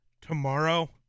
tomorrow